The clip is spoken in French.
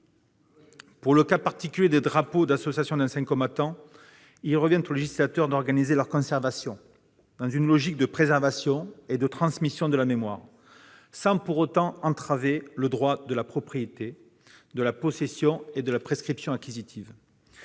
Pour le cas particulier des drapeaux d'associations d'anciens combattants, il revient au législateur d'organiser leur conservation dans une logique de préservation et de transmission de la mémoire, sans pour autant entraver le droit de propriété et possession, ainsi que la prescription acquisitive.